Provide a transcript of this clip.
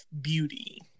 beauty